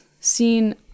seen